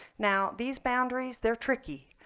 now these boundaries, they're tricky.